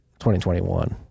2021